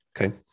Okay